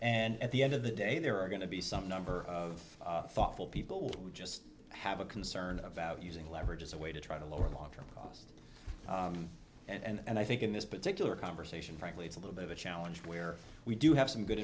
and at the end of the day there are going to be some number of thoughtful people we just have a concern about using leverage as a way to try to lower long term cost and i think in this particular conversation frankly it's a little bit of a challenge where we do have some good